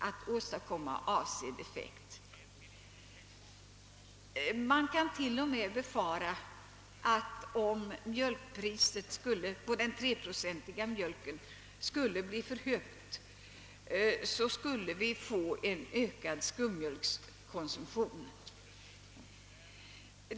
Vi måste tillse att överskott i produktionen som måste realiseras eller exporteras till lägre pris än på hemmamarknaden undvikes. Om priset på den 3 procentiga mjölken blir för högt kan man t.o.m. befara att konsumenterna 1 större omfattning övergår till skummjölkskonsumtion.